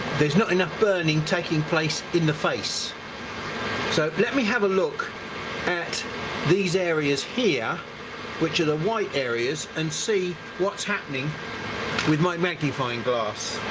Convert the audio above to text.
there's not enough burning taking place in the face so let me have a look at these areas here which are the white areas and see what's happening with my magnifying glass.